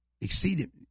exceeded